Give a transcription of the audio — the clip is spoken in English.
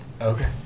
Okay